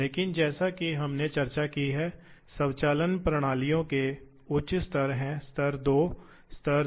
इसलिए हम भाग प्रोग्रामिंग और अंत में ड्राइव की कुछ बुनियादी विशेषताओं को देखेंगे